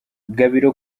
gabiro